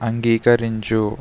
అంగీకరించు